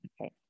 Okay